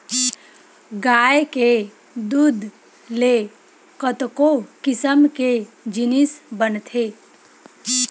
गाय के दूद ले कतको किसम के जिनिस बनथे